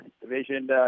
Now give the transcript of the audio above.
Division